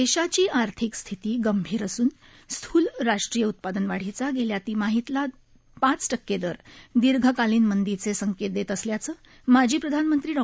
देशाची आर्थिक स्थिती गंभीर असून स्थूल राष्ट्रीय उत्पादन वाढीचा गेल्या तिमाहीतला पाच टक्के दर दीर्घकालीन मंदीचे संकेत देत असल्याचं माजी प्रधानमंत्री डॉ